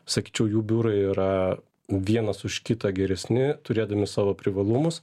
sakyčiau jų biurai yra vienas už kitą geresni turėdami savo privalumus